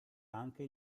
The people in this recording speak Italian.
anche